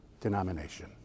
denomination